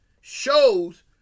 shows